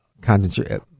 concentration